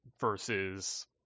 versus